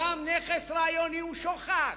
גם נכס רעיוני הוא שוחד.